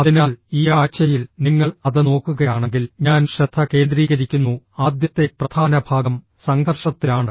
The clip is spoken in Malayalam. അതിനാൽ ഈ ആഴ്ചയിൽ നിങ്ങൾ അത് നോക്കുകയാണെങ്കിൽ ഞാൻ ശ്രദ്ധ കേന്ദ്രീകരിക്കുന്നു ആദ്യത്തെ പ്രധാന ഭാഗം സംഘർഷത്തിലാണ്